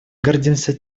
гордимся